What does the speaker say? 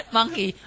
Monkey